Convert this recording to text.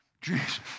Jesus